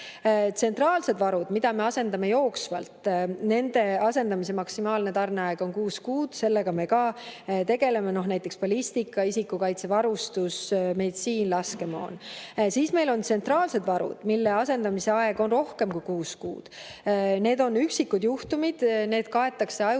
Tsentraalseid varusid me asendame jooksvalt. Nende asendamise maksimaalne tarneaeg on 6 kuud. Sellega me tegeleme. Näiteks ballistika, isikukaitsevarustus, meditsiin, laskemoon. Siis meil on tsentraalsed varud, mille asendamise aeg on rohkem kui 6 kuud. Need on üksikud juhtumid ja need kaetakse ajutiste